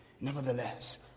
Nevertheless